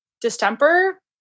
distemper